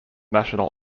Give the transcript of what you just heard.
national